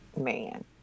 man